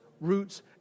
roots